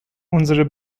unsere